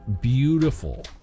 beautiful